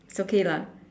it's okay lah